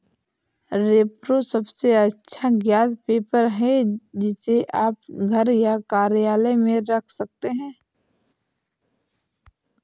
repro सबसे अच्छा ज्ञात पेपर है, जिसे आप घर या कार्यालय में रख सकते हैं